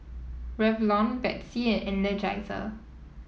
Revlon Betsy and Energizer